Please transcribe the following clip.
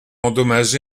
endommagé